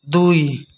ଦୁଇ